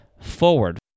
forward